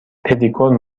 پدیکور